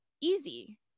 easy